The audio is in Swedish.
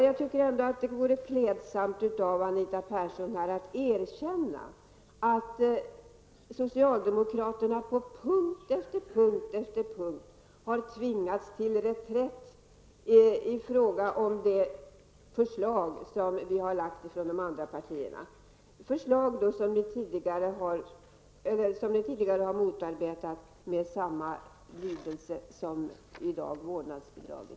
Jag tycker att det vore klädsamt om Anita Persson kunde erkänna att socialdemokraterna på punkt efter punkt har tvingats till reträtt i fråga om det förslag som de borgerliga partierna har lagt fram, förslag som ni tidigare har motarbetat med samma lidelse som ni i dag gör när det gäller vårdnadsbidraget.